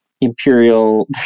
imperial